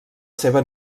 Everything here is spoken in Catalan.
seva